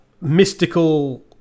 mystical